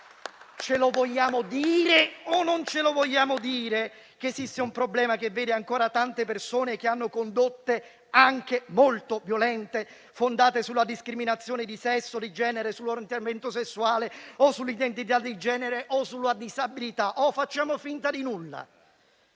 Ce lo vogliamo dire o non ce lo vogliamo dire che esiste un problema che vede ancora tante persone, che hanno condotte anche molto violente, fondate sulla discriminazione di sesso, di genere, sull'orientamento sessuale, sull'identità di genere o sulla disabilità, oppure facciamo finta di nulla?